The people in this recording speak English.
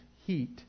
heat